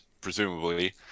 presumably